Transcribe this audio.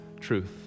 truth